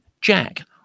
Jack